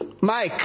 Mike